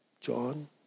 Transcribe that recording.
John